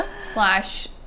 Slash